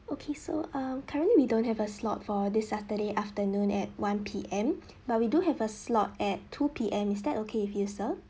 okay so err currently we don't have a slot for this saturday afternoon at one P_M but we do have a slot at two P_M is that okay with you sir